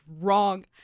wrong